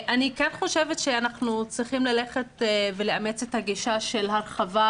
אנחנו צריכים לאמץ את הגישה של הרחבת